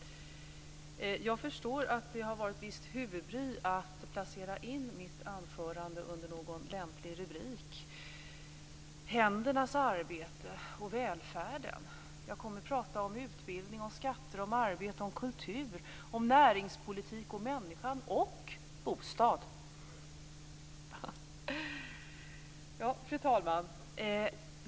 Jag förstår att det har medfört visst huvudbry att placera in mitt anförande under någon lämplig rubrik. Det handlar om händernas arbete och välfärden. Jag kommer att prata om utbildning, skatter, arbete, kultur, näringspolitik, människan - och bostäder. Fru talman!